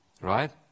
right